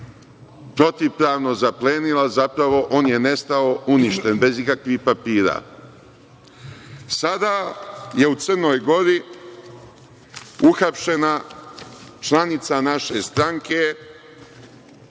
protivpravno zaplenila zapravo on je nestao, uništen bez ikakvih papira. Sada je u Crnoj Gori uhapšena članica naše stranke